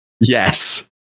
Yes